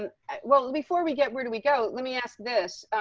um well, before we get, where do we go. let me ask this.